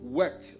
work